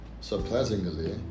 Surprisingly